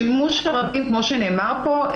כמו שנאמר פה,